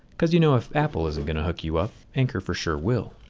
because you know, if apple isn't going to hook you up, anker for sure will.